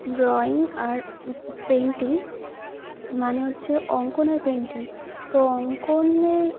drawing আর painting মানে হচ্ছে অঙ্কনের পেন্টিং তো অঙ্কনের